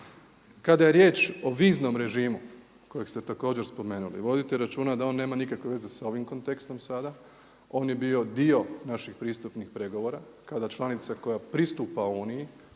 Kada je riječ o viznom režimu kojeg ste također spomenuli, vodite računa da on nema nikakve veze sa ovim kontekstom sada, on je bio dio naših pristupnih pregovora kada članica koja pristupa Uniji